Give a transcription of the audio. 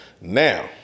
Now